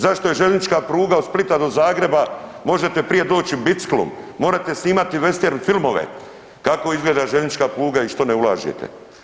Zašto je željeznička pruga od Splita do Zagreba, možete prije doći biciklom, morete snimati vestern filmove kako izgleda željeznička pruga i što ne ulažete.